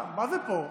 מה זה פה?